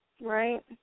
Right